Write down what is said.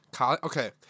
Okay